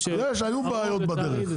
היו בעיות בדרך.